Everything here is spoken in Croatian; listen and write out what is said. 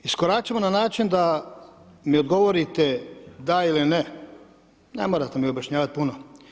Iskoračimo na način da mi odgovorite da ili ne, ne morate mi objašnjavati puno.